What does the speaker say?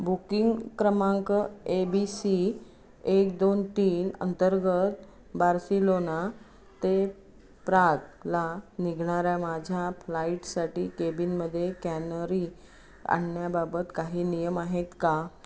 booking क्रमांक A B C एक दोन तीन अंतर्गत बार्सिलोना ते प्रागला निघणाऱ्या माझ्या फ्लाईटसाठी केबिनमध्ये कॅनरी आणण्याबाबत काही नियम आहेत का